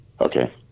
Okay